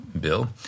Bill